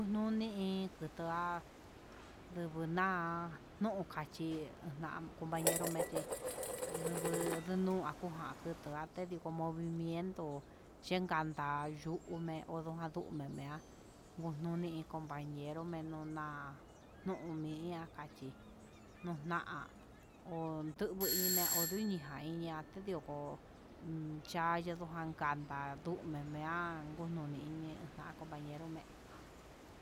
Unoni iin kutuá nduvu na'a nun kachí ennan compañero mechí ndungu ndunua kujá, tukua kito movimiento chinkanda ndume'e kundanda yumen mi'a ngununi compañero me'en, nona no'ó mi ña'a kachí, nona hó tuno inmé ondu ñujan iña'a, natedio ko'ó iin chan ndedonjan kanda ndumeme ihá ngandudu nuni ini nguiá ha compañar me'e.